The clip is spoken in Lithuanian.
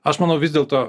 aš manau vis dėlto